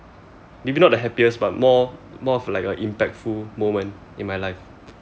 maybe not the happiest but more more of like a impactful moment in my life